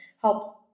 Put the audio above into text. help